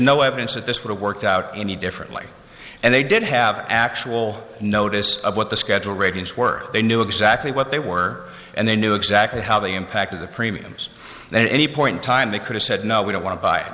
no evidence that this would have worked out any differently and they did have actual notice of what the schedule ratings were they knew exactly what they were and they knew exactly how the impact of the premiums then any point in time they could have said no we don't want to buy